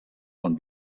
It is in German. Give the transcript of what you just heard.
von